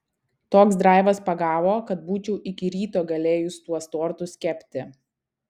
toks draivas pagavo kad būčiau iki ryto galėjus tuos tortus kepti